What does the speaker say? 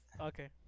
okay